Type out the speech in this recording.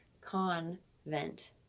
convent